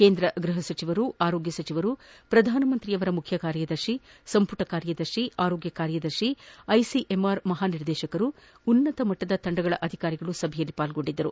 ಕೇಂದ್ರ ಗ್ಬಹಸಚಿವರು ಆರೋಗ್ಯ ಸಚಿವರು ಪ್ರಧಾನಮಂತ್ರಿಯವರ ಮುಖ್ಯ ಕಾರ್ಯದರ್ಶಿ ಸಂಪುಟ ಕಾರ್ಯದರ್ಶಿ ಆರೋಗ್ಯ ಕಾರ್ಯದರ್ಶಿ ಐಸಿಎಂಆರ್ನ ಮಹಾನಿರ್ದೇಶಕರು ಉನ್ನತಮಟ್ರದ ತಂಡಗಳ ಅಧಿಕಾರಿಗಳು ಸಭೆಯಲ್ಲಿ ಪಾಲ್ಗೊಂಡಿದ್ದರು